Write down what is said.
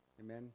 Amen